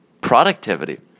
productivity